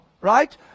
right